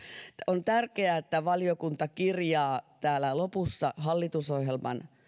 on tärkeää että valiokunta kirjaa täällä lopussa hallitusohjelman